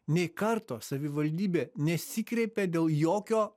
nei karto savivaldybė nesikreipė dėl jokio